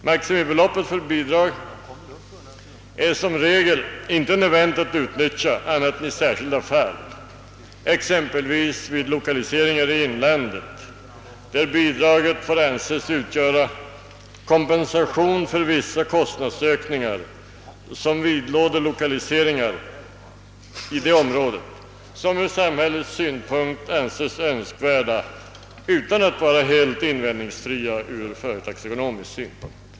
Maximibeloppet för bidrag behöver som regel inte utnyttjas annat än i särskilda fall, exempelvis vid lokaliseringar i inlandet, där bidraget får anses utgöra kompensation för vissa kostnadsökningar som vidlåder lokaliseringar i området, vilka från samhällets synpunkt anses önskvärda utan att vara helt invändningsfria företagsekonomiskt sett.